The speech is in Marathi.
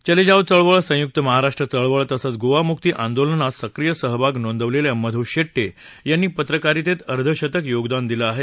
चले जाव चळवळ संयुक्त महाराष्ट्र चळवळ तसंच गोवा मुक्ती आंदोलनात सक्रिय सहभाग नोंदवलेल्या मध् शेट्ये यांनी पत्रकारितेत अर्ध शतक योगदान दिलं आहे